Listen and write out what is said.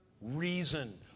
reason